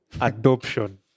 Adoption